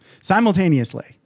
simultaneously